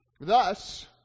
Thus